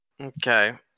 Okay